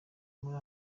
muri